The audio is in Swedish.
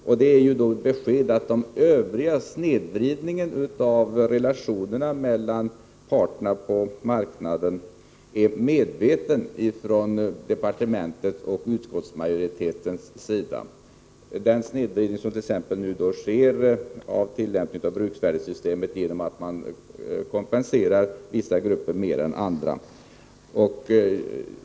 Jag tolkar det som ett besked att de övriga har gjorts medvetet av departementet och utskottsmajoriteten, t.ex. snedvridningen av relationerna mellan parterna på marknaden och den snedvridning som nu sker i tillämpningen av bruksvärdessystemet genom att man kompenserar vissa grupper mer än andra.